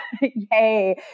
yay